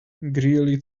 greely